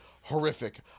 horrific